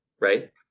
right